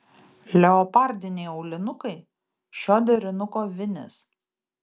leopardiniai aulinukai šio derinuko vinis